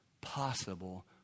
possible